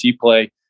play